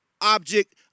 object